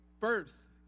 First